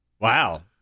Wow